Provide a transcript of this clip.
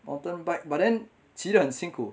mountain bike but then 骑得很辛苦